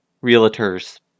realtor's